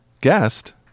Guest